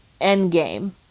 Endgame